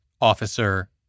officer